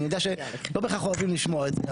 אני יודע שלא בהכרח אוהבים לשמוע את זה,